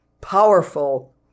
powerful